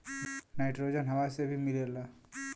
nitrogen हवा से भी मिलेला